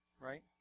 Right